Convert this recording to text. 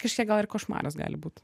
kažkiek gal ir košmaras gali būt